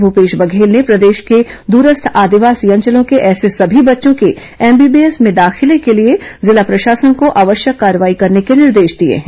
मुख्यमंत्री भूपेश बघेल ने प्रदेश के द्रस्थ आदिवासी अंचलों के ऐसे सभी बच्चों के एमबीबीएस में दाखिले के लिए जिला प्रशासन को आवश्यक कार्यवाही करने के निर्देश दिए हैं